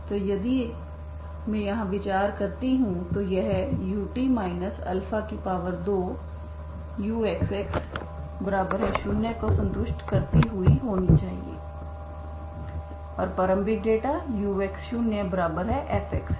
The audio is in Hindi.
तो अगर मैं यहां पर विचार करती हूं तो यह ut 2uxx0 को संतुष्ट करती हुई होनी चाहिए और प्रारंभिक डेटा ux0f है